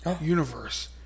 universe